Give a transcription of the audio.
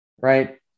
right